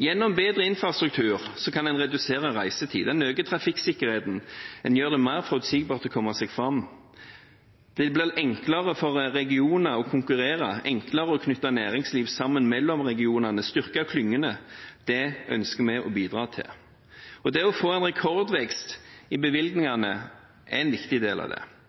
Gjennom bedre infrastruktur kan man redusere reisetid. Man øker trafikksikkerheten. Man gjør det mer forutsigbart å komme seg fram. Det blir enklere for regioner å konkurrere, enklere å knytte næringsliv sammen mellom regionene, styrke klyngene – det ønsker vi å bidra til. Det å få en rekordvekst i bevilgningene er en viktig del av det.